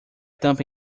tampa